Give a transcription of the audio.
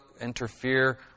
interfere